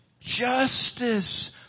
justice